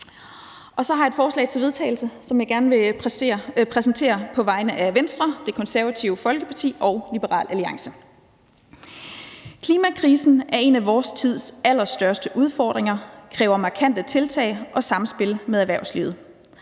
Så har jeg et forslag til vedtagelse, som jeg gerne vil præsentere på vegne af Venstre, Det Konservative Folkeparti og Liberal Alliance: Forslag til vedtagelse »Klimakrisen er en af vor tids allerstørste udfordringer og kræver markante tiltag og samspil med erhvervslivet.